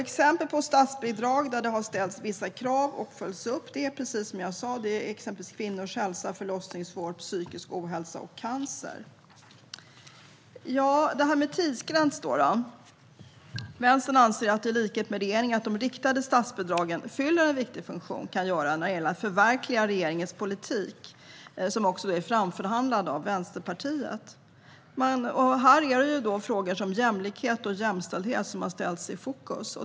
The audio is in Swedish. Exempel på områden där det har ställts vissa krav för statsbidrag som sedan följts upp är, som jag sa, kvinnors hälsa, förlossningsvård, psykisk ohälsa och cancer. Beträffande en eventuell tidsgräns anser Vänstern i likhet med regeringen att de riktade statsbidragen fyller en viktig funktion när det gäller att förverkliga regeringens politik, som framförhandlats med Vänsterpartiet. Här har frågor som jämlikhet och jämställdhet ställts i fokus.